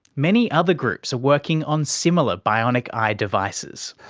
many other groups are working on similar bionic eye devices.